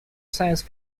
science